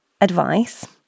advice